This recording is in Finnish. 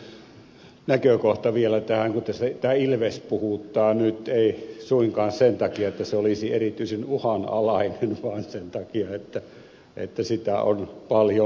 ihan muutama näkökohta vielä tähän kun tämä ilves puhuttaa nyt ei suinkaan sen takia että se olisi erityisen uhanalainen vaan sen takia että sitä on paljonlaisesti